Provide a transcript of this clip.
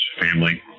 family